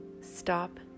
Stop